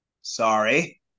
Sorry